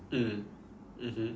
mm mmhmm